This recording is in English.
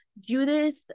Judith